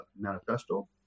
manifesto